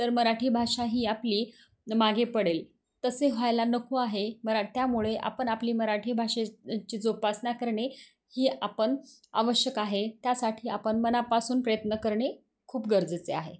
तर मराठी भाषा ही आपली मागे पडेल तसे व्हायला नको आहे मरा त्यामुळे आपण आपली मराठी भाषेची जोपासना करणे ही आपण आवश्यक आहे त्यासाठी आपण मनापासून प्रयत्न करणे खूप गरजेचे आहे